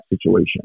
situation